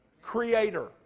Creator